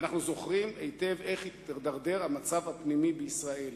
ואנחנו זוכרים היטב איך הידרדר המצב הפנימי בישראל.